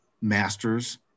masters